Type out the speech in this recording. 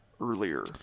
earlier